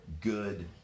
good